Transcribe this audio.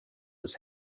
his